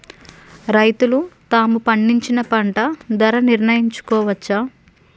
రైతులు తాము పండించిన పంట ధర నిర్ణయించుకోవచ్చా?